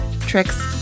tricks